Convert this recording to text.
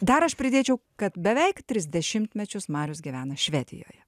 dar aš pridėčiau kad beveik tris dešimtmečius marius gyvena švedijoje